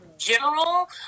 general